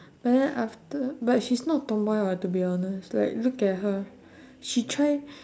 but then after but she's not tomboy [what] to be honest like look at her she try